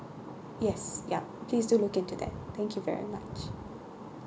yes yup please do look into that thank you very much